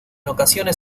ocasiones